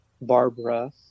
Barbara